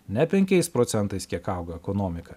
ne penkiais procentais kiek auga ekonomika